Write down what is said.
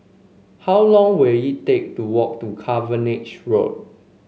how long will it take to walk to Cavenagh Road